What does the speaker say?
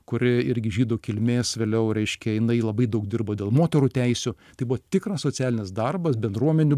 kuri irgi žydų kilmės vėliau reiškia jinai labai daug dirbo dėl moterų teisių tai buvo tikras socialinis darbas bendruomenių